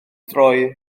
droi